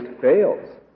fails